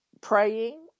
praying